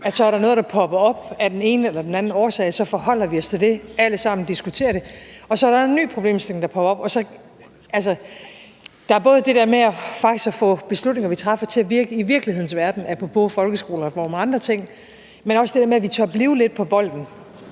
at når der er noget i det offentlige rum, der af den ene eller anden årsag popper op, så forholder vi os alle sammen til det og diskuterer det, og så er der en ny problemstilling, der popper op. Der er både det der med faktisk at få de beslutninger, vi træffer, til at virke i virkelighedens verden – apropos folkeskolereform og andre ting – men også det der med, at vi tør blive lidt på bolden